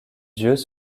dieux